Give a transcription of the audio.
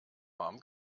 warm